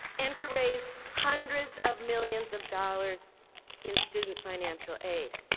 and to raise hundreds of millions of dollars in student financial aid.